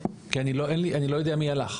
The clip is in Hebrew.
כי אני לא, אין לי, אני לא יודע מי הלך.